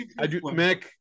Mick